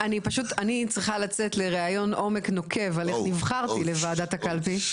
אני צריכה לצאת לראיון עומק נוקב על איך נבחרתי לוועדת הקלפי,